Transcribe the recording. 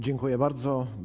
Dziękuję bardzo.